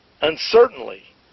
uncertainly